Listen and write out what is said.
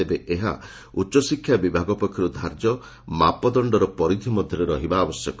ତେବେ ଏହା ଉଚ୍ଚଶିକ୍ଷା ବିଭାଗ ପକ୍ଷରୁ ଧାର୍ଯ୍ୟ ମାପଦଣର ପରିଧି ମଧରେ ରହିବା ଆବଶ୍ୟକ